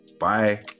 Bye